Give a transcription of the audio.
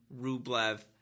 Rublev